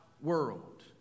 world